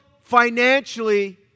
financially